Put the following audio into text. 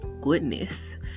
goodness